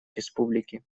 республики